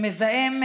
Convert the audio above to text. למזהם,